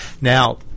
Now